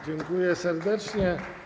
Dziękuję serdecznie.